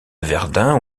verdun